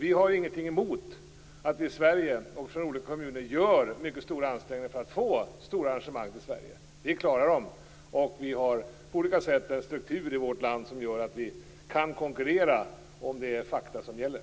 Vi har ingenting emot att olika kommuner i Sverige gör mycket stora ansträngningar för att få stora arrangemang till Sverige. Vi klarar dem. Vi har på olika sätt en struktur i vårt land som gör att vi kan konkurrera om det är fakta som gäller.